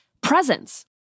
presence